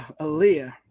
Aaliyah